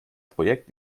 projekt